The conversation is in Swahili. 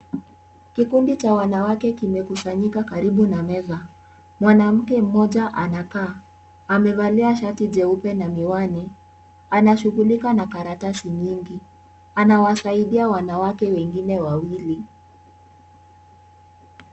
Kikundi cha wanawake kimekusanyika karibu na meza. Mwanamke mmoja anakaa. Amevalia shati jeupe na miwani. Anashughulika na karatasi nyingi. Anawasaidia wanawake wengine wawili.